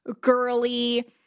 girly